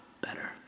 better